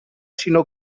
sinó